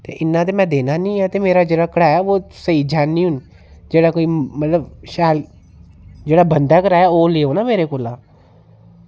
ते इन्ना ते में देना निं ऐ ते मेरा जेह्ड़ा कराया ओह् स्हेई जैनूइन जेह्ड़ा मतलब शैल जेह्ड़ा बनदा कराया ओह् लेओ ना मेरे कोला